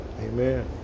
Amen